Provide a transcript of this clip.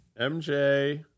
MJ